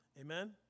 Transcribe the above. Amen